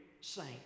saint